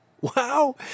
Wow